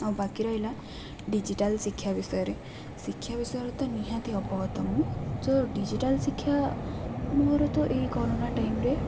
ଆଉ ବାକି ରହିଲା ଡିଜିଟାଲ୍ ଶିକ୍ଷା ବିଷୟରେ ଶିକ୍ଷା ବିଷୟରେ ତ ନିହାତି ଅବଗତ ମୁଁ ତୋ ଡିଜିଟାଲ୍ ଶିକ୍ଷା ମୋର ତ ଏଇ କରୋନା ଟାଇମ୍ରେ